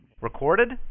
Recorded